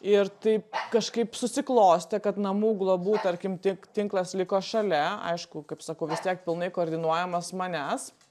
ir taip kažkaip susiklostė kad namų globų tarkim tik tinklas liko šalia aišku kaip sakau vis tiek pilnai koordinuojamas manęs